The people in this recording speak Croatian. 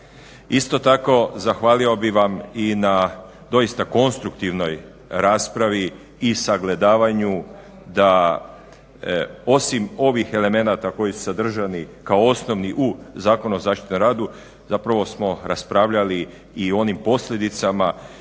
Isto tako zahvalio bih vam i na doista konstruktivnoj raspravi i sagledavanju da osim ovih elemenata koji su sadržani kao osnovni u Zakonu o zaštiti na radu zapravo smo raspravljali i u onim posljedicama